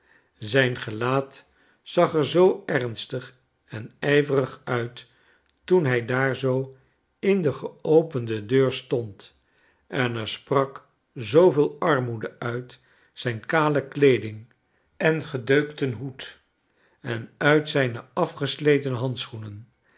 zijn gelaat zag er zoo ernstig en ijverig uit toen hij daar zoo in de geopende deur stond en er sprak zooveel armoede uit zijn kale kleeding en gedeukten hoed en uit zijne afgesleten handschoenen